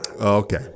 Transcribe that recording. Okay